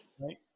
Right